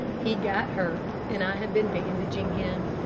he got hurt, and i have been bandaging him.